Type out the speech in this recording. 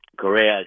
Korea